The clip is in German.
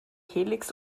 helix